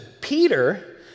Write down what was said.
Peter